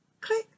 click